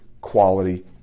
quality